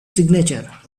signature